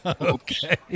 okay